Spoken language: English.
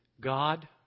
God